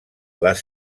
les